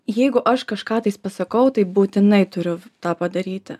jeigu aš kažką tais pasakau tai būtinai turiu tą padaryti